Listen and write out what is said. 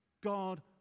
God